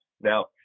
Now